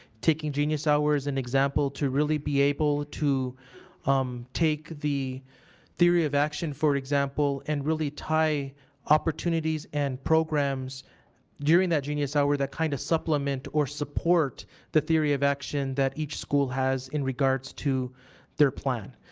taking genius hour as an example, to really be able to um take the theory of action, for example, and really tie opportunities and programs during that genius hour that kind of supplement or support the theory of action that each school has in regards to their plan.